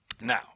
now